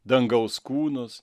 dangaus kūnus